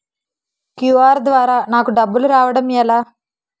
QR ద్వారా నాకు డబ్బులు రావడం ఎలా?